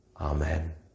Amen